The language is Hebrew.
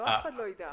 לא שאף אחד לא ידע.